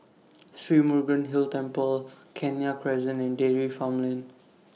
Sri Murugan Hill Temple Kenya Crescent and Dairy Farm Lane